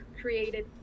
created